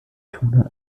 tuna